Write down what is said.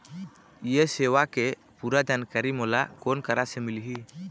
ये सेवा के पूरा जानकारी मोला कोन करा से मिलही?